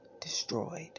destroyed